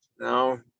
now